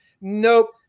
Nope